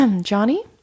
Johnny